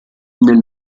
nel